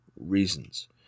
reasons